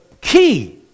key